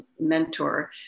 mentor